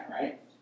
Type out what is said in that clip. right